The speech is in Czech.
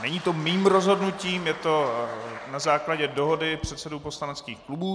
Není to mým rozhodnutím, je to na základě dohody předsedů poslaneckých klubů.